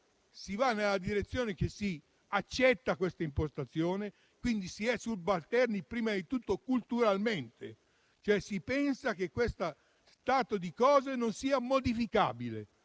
si va nella direzione di accettare quest'impostazione, quindi si è subalterni prima di tutto culturalmente. Si pensa cioè che questo stato di cose non sia modificabile